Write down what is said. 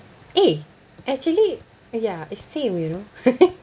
eh actually ya it's same you know